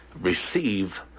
receive